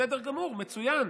בסדר גמור, מצוין,